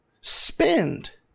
spend